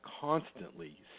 constantly